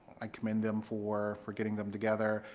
i commend them for for getting them together.